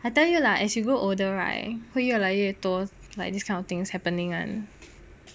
I tell you lah as you grow older right 会越来越多 like this kind of things happening [one]